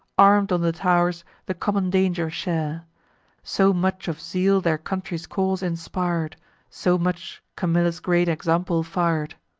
arm'd on the tow'rs, the common danger share so much of zeal their country's cause inspir'd so much camilla's great example fir'd.